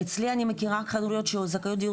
אצלי אני מכירה חד-הוריות שהן זכאיות לדיור